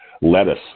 Lettuce